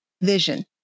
vision